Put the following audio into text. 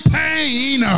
pain